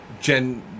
Jen